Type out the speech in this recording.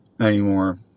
anymore